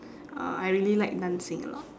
uh I really like dancing a lot